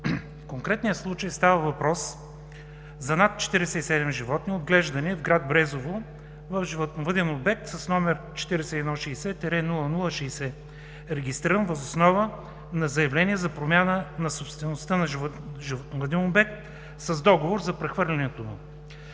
конкретния случай става въпрос за над 47 животни, отглеждани в град Брезово в животновъден обект с № 4160-00-60, регистриран въз основа на заявление за промяна на собствеността на животновъден обект с договор за прехвърлянето му.